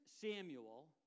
Samuel